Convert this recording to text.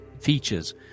features